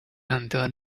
until